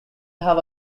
have